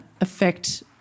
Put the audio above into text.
affect